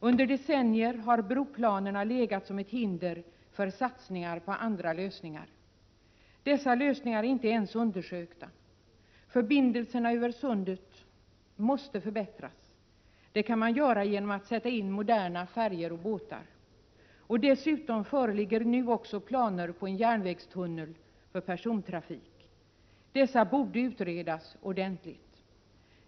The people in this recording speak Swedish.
Under decennier har broplanerna legat som ett hinder för satsningar på andra lösningar. Dessa lösningar är inte ens undersökta. Förbindelserna över sundet måste förbättras. Det kan man göra genom att sätta in moderna färjor och båtar. Dessutom föreligger nu också planer på en järnvägstunnel för persontrafik. Dessa förslag borde utredas ordentligt.